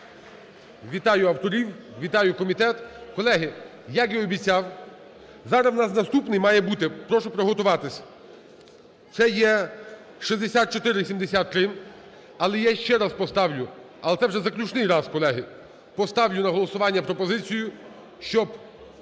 Вітаю авторів. Вітаю комітет. Колеги, як я і обіцяв, зараз в наступний має бути. Прошу приготуватись. Це є 6473. Але я ще раз поставлю. Але це вже заключний раз, колеги. Поставлю на голосування пропозицію, щоб